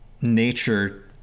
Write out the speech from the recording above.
nature